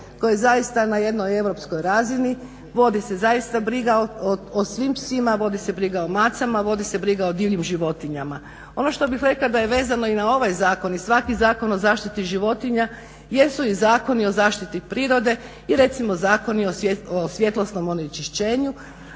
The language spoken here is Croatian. je zaista na jednoj europskoj razini, vodi se zaista briga o svim psima, vodi se briga o macama, vodi se briga o divljim životinjama. Ono što bih rekla da je vezano i na ovaj zakon i svaki zakon o zaštiti životinja jesu i zakoni o zaštiti prirode i recimo zakoni o svjetlosnom onečišćenju